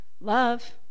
love